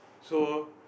so